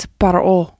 par'o